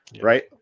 right